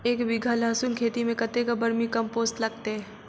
एक बीघा लहसून खेती मे कतेक बर्मी कम्पोस्ट लागतै?